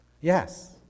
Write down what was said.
yes